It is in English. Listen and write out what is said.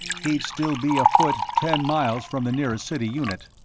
he'd still be afoot ten miles from the nearest city unit.